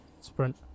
sprint